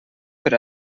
per